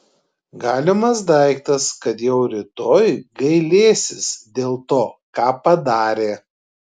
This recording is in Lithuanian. galimas daiktas kad jau rytoj gailėsis dėl to ką padarė